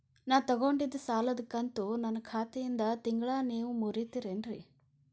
ನಾ ತೊಗೊಂಡಿದ್ದ ಸಾಲದ ಕಂತು ನನ್ನ ಖಾತೆಯಿಂದ ತಿಂಗಳಾ ನೇವ್ ಮುರೇತೇರೇನ್ರೇ?